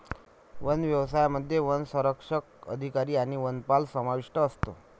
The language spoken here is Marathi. वन व्यवसायामध्ये वनसंरक्षक अधिकारी आणि वनपाल समाविष्ट असतो